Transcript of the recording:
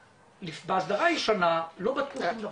בהסדרה הישנה לא בדקו שום דבר.